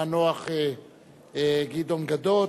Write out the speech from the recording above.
המנוח גדעון גדות,